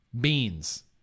Beans